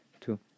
two